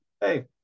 hey